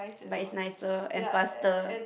but it's nicer and faster